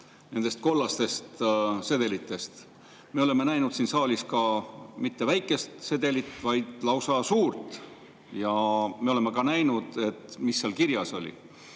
nendest kollastest sedelitest. Me oleme näinud siin saalis ka mitte väikest sedelit, vaid lausa suurt. Ja me oleme ka näinud, mis seal kirjas oli.